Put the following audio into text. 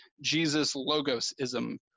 Jesus-logosism